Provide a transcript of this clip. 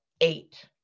eight